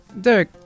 Derek